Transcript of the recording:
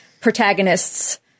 protagonists